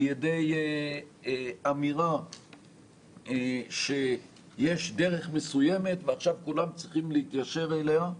על ידי אמירה שיש דרך מסוימת ועכשיו כולם צריכים להתיישר אליה,